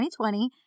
2020